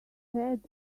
fed